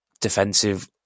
defensive